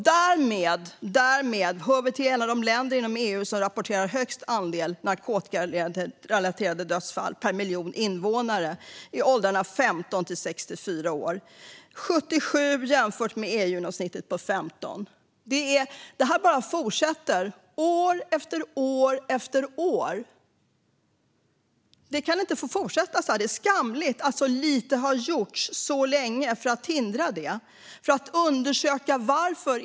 Därmed hör vi till de länder inom EU som rapporterar högst andel narkotikarelaterade dödsfall per miljon invånare i åldrarna 15-64 år, 77 jämfört med EU-genomsnittet 15. Det här bara fortsätter år efter år. Det kan inte få fortsätta så här. Det är skamligt att så lite har gjorts så länge för att hindra detta och för att undersöka varför.